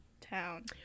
town